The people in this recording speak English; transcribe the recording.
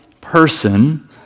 person